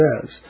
says